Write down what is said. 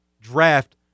draft